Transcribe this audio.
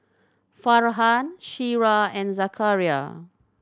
Farhan Syirah and Zakaria